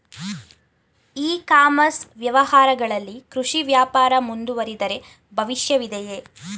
E commerce ವ್ಯವಹಾರಗಳಲ್ಲಿ ಕೃಷಿ ವ್ಯಾಪಾರ ಮುಂದುವರಿದರೆ ಭವಿಷ್ಯವಿದೆಯೇ?